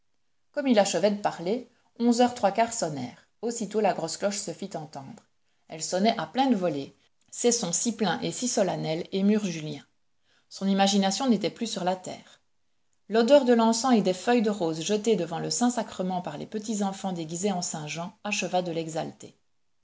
comme il achevait de parler onze heures trois quarts sonnèrent aussitôt la grosse cloche se fit entendre elle sonnait à pleine volée ces sons si pleins et si solennels émurent julien son imagination n'était plus sur la terre l'odeur de l'encens et des feuilles de roses jetées devant le saint-sacrement par les petits enfants déguisés en saint jean acheva de l'exalter